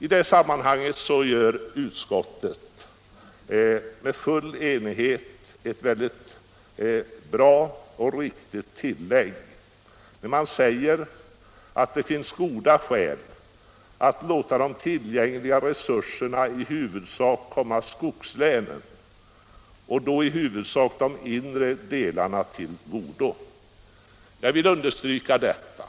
I det sammanhanget — Nr 47 gör utskottet i full enighet ett bra och riktigt tillägg och säger att det finns goda skäl att låta de tillgängliga resurserna i första hand komma skogslänen och då främst de inre delarna till godo. Jag vill understryka detta.